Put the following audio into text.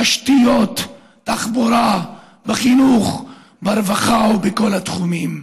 תשתיות, תחבורה, חינוך, רווחה ובכל התחומים.